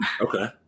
Okay